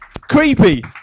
creepy